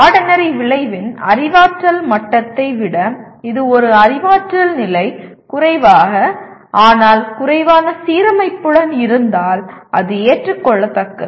பாடநெறி விளைவின் அறிவாற்றல் மட்டத்தை விட இது ஒரு அறிவாற்றல் நிலை குறைவாக ஆனால் குறைவான சீரமைப்புடன் இருந்தால் அது ஏற்றுக்கொள்ளத்தக்கது